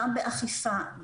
גם באכיפה,